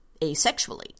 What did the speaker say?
asexually